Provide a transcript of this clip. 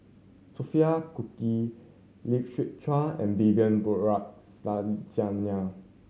Sophia Cooke Lee Siew Choh and Vivian